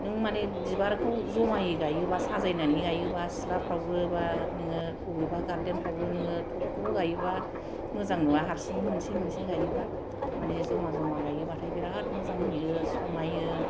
नों माने बिबारखौ जमायै गायोब्ला साजायनानै गायोब्ला सिथ्लाफ्रावबो बा नोङो अबेबा गारदेनफ्रावबो नोङो थख' थख' गायोब्ला मोजां नुआ हारसिंनो मोनसे मोनसे गायोब्ला माने जमा जमा गायोब्लाथाय बिराद मोजां नुयो समायो